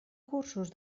cursos